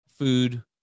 Food